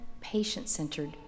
patient-centered